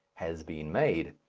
has been made.